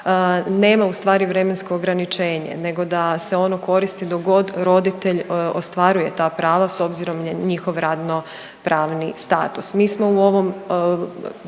nema ustvari vremensko ograničenje nego da se ono koristi dok god roditelj ostvaruje ta prava s obzirom na njihov radnopravni status.